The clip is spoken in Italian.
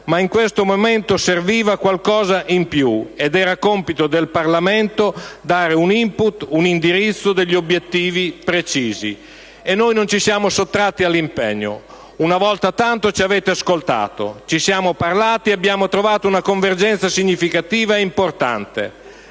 ma in questo momento serviva qualcosa di più ed era compito del Parlamento dare un *input*, un indirizzo, degli obiettivi precisi. Noi non ci siamo sottratti all'impegno. Una volta tanto ci avete ascoltato, ci siamo parlati e abbiamo trovato una convergenza significativa e importante.